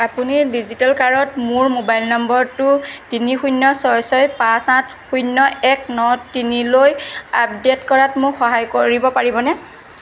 আপুনি ডিজিটেলকাৰত মোৰ মোবাইল নম্বৰটো তিনি শূন্য ছয় ছয় পাঁচ আঠ শূন্য এক ন তিনিলৈ আপডেট কৰাত মোক সহায় কৰিব পাৰিবনে